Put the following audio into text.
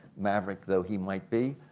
maverick though he might be,